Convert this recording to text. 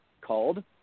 called